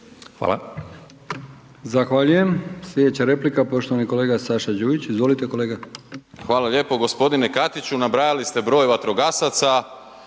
Hvala.